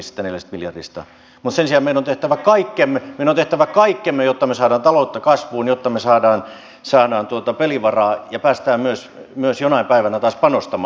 mutta sen sijaan meidän on tehtävä kaikkemme meidän on tehtävä kaikkemme jotta me saamme taloutta kasvuun jotta me saamme pelivaraa ja pääsemme myös jonain päivänä taas panostamaan